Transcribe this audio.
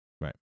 Right